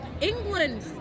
England